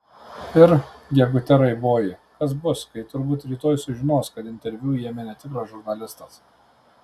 ir gegute raiboji kas bus kai turbūt rytoj sužinos kad interviu ėmė netikras žurnalistas